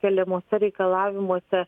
keliamuose reikalavimuose